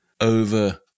over